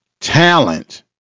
talent